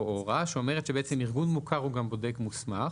הוראה שאומרת שבעצם ארגון מוכר הוא גם בודק מוסמך